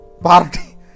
party